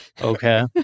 Okay